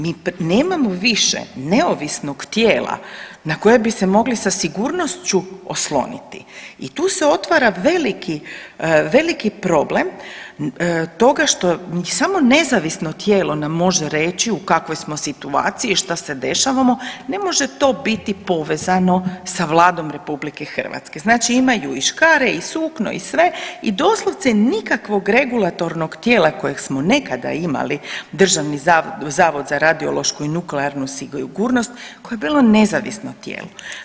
Mi nemamo više neovisnog tijela na koje bi se mogli sa sigurnošću osloniti i tu se otvara veliki, veliki problem toga što samo nezavisno tijelo nam može reći u kakvoj smo situaciji i šta se dešava, ne može to biti povezano sa Vladom RH, znači imaju i škare i sukno i sve i doslovce nikakvog regulatornog tijela kojeg smo nekada imali Državni zavod za radiološku i nuklearnu sigurnost koji je bilo nezavisno tijelo.